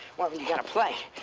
you gotta play.